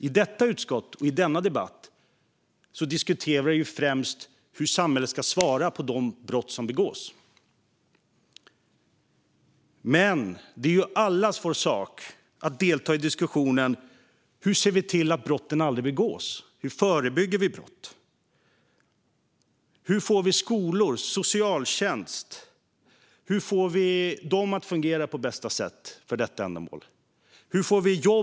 I detta utskott och i denna debatt diskuterar vi främst hur samhället ska svara på de brott som begås. Men det är allas vår sak att delta i diskussionen: Hur ser vi till att brotten aldrig begås? Hur förebygger vi brott? Hur får vi skolor och socialtjänst att fungera på bästa sätt för detta ändamål? Hur får vi jobb?